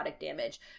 damage